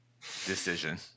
Decision